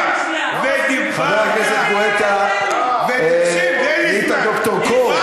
חבר הכנסת גואטה, נהיית ד"ר קור.